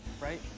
right